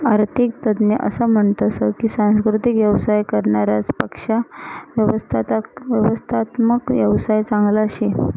आरर्थिक तज्ञ असं म्हनतस की सांस्कृतिक येवसाय करनारास पेक्शा व्यवस्थात्मक येवसाय चांगला शे